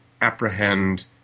apprehend